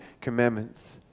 commandments